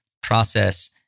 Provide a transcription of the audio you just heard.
process